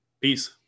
Peace